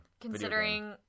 considering